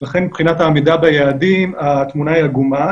לכן מבחינת העמידה ביעדים התמונה היא עגומה.